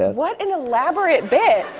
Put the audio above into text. what an elaborate bit.